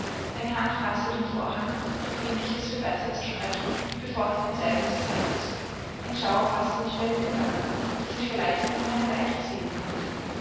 meine hand faßte den vorhang doch hielt ich es für besser zu sprechen bevor ich denselben zur seite zog ein schauer faßte mich bei dem gedanken daß ich vielleicht nur noch eine leiche sehen könnte